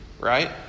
right